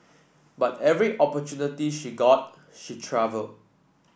but every opportunity she got she travelled